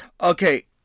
Okay